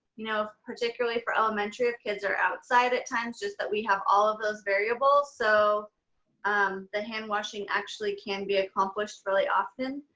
you know particularly for elementary if kids are outside at times, just that we have all of those variables. so um the hand washing actually can be accomplished really often.